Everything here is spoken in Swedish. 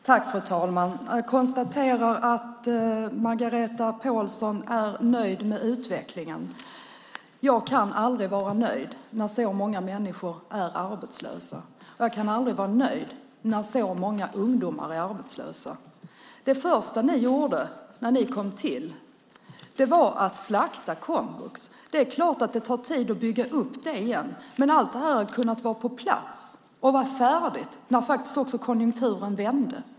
Fru talman! Jag konstaterar att Margareta Pålsson är nöjd med utvecklingen. Jag kan inte vara nöjd när så många människor är arbetslösa. Jag kan inte vara nöjd när så många ungdomar är arbetslösa. Det första ni gjorde när ni kom till makten var att slakta komvux. Det är klart att det tar tid att bygga upp det igen. Allt det här hade kunnat vara på plats och vara färdigt när konjunkturen vände.